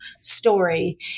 story